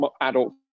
adult